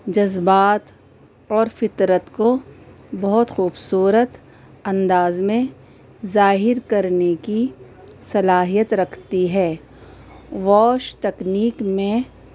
جذبات اور فطرت کو بہت خوبصورت انداز میں ظاہر کرنے کی صلاحیت رکھتی ہے واش تکنیک میں